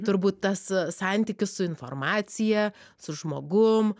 turbūt tas santykis su informacija su žmogum